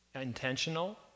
intentional